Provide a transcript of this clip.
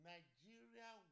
Nigeria